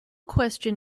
question